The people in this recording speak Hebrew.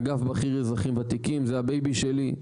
אגף בכיר אזרחים ותיקים זה הבייבי שלי,